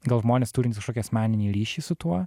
gal žmonės turintys kažkokį asmeninį ryšį su tuo